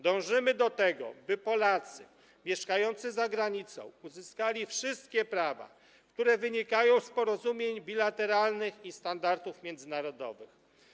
Dążymy do tego, by Polacy mieszkający za granicą uzyskali wszystkie prawa, które wynikają z porozumień bilateralnych i standardów międzynarodowych.